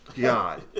God